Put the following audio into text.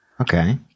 Okay